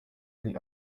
ari